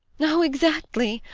oh, exactly!